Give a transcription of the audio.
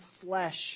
flesh